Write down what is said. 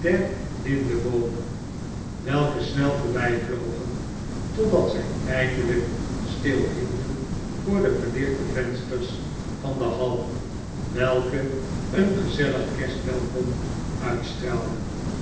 lindeboomen welke snel voorbijvlogen totdat zij eindelijk stilhielden voor de verlichte vensters van de hall welke een gezellig kerstwelkom uitstraalden